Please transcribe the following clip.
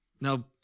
Now